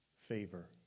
favor